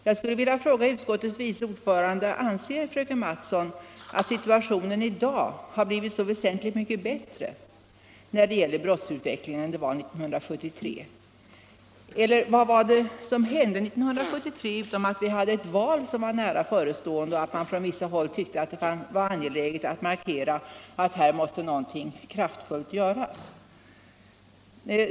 Jag skulle vilja fråga utskottets vice ordförande: Anser fröken Mattson att situationen när det gäller brottsutvecklingen i dag har blivit väsentligt bättre än 1973? Vad var det som hände 1973 utom att vi hade ett nära förestående val och att man på vissa håll tyckte att det var angeläget att markera att något kraftfullt måste göras?